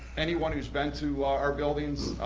anyone who's been to our buildings,